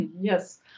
Yes